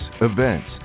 events